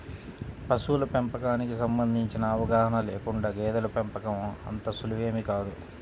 పశువుల పెంపకానికి సంబంధించిన అవగాహన లేకుండా గేదెల పెంపకం అంత సులువేమీ కాదు